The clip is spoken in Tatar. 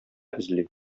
эзли